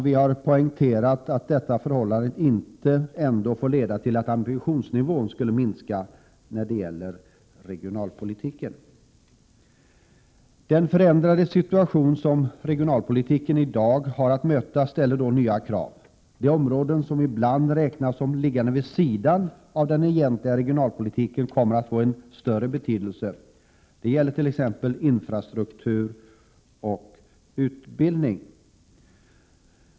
Vi har poängterat att dessa förhållanden ändå inte får leda till att ambitionsnivån i regionalpolitiken minskas. Den förändrade situation som regionalpolitiken i dag har att möta ställer nya krav. De områden som ibland räknas som liggande vid sidan om den egentliga regionalpolitiken kommer att få än större betydelse. Det gäller t.ex. infrastruktur och utbildning.